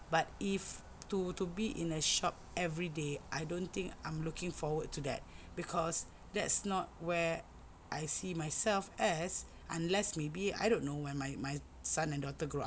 but if to to be in a shop everyday I don't think I'm looking forward to that cause that's not where I see myself as unless maybe I don't know my my son and daughter grow up